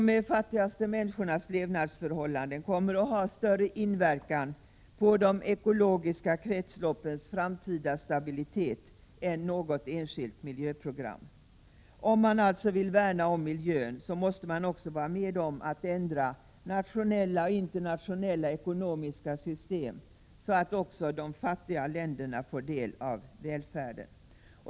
De fattigaste människornas levnadsförhållanden kommer att ha större inverkan på de ekologiska kretsloppens framtida stabilitet än något enskilt miljöprogram. Om man alltså vill värna om miljön måste man också vara med om att ändra nationella och internationella ekonomiska system, så att också de fattiga länderna får del av välfärden.